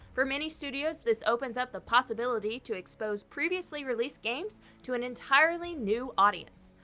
for many studios, this opens up the possibility to expose previously-released games to an entirely new audience.